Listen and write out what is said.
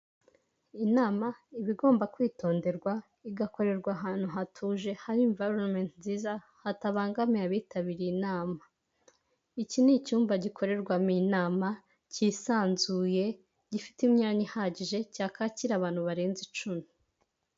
Inama iba igomba kwitonderwa igakorerwa ahantu hatuje hari imvayilonumenti nziza hatabangamiye abitabiriye inama. Iki ni icyumba gikorerwamo inama kisanzuye gifite imyanya ihagije cyakakira abantu barenze icumi.